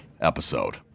episode